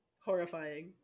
Horrifying